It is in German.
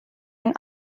ein